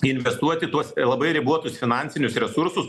investuoti tuos labai ribotus finansinius resursus